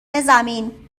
زمین